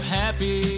happy